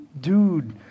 dude